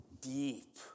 deep